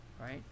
right